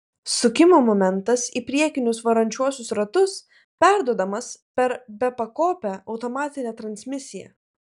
sukimo momentas į priekinius varančiuosius ratus perduodamas per bepakopę automatinę transmisiją